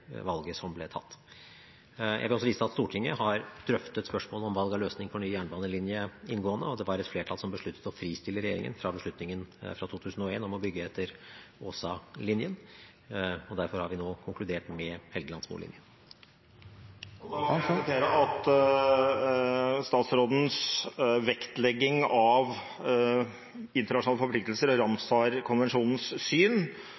valget som ble tatt. Jeg vil også vise til at Stortinget har drøftet spørsmålet om valg av løsning for ny jernbanelinje inngående, og det var et flertall som besluttet å fristille regjeringen fra beslutningen fra 2001 om å bygge etter Åsalinja. Derfor har vi nå konkludert med Helgelandsmolinja. Da får jeg konstatere at statsrådens vektlegging av internasjonale forpliktelser og Ramsar-konvensjonens syn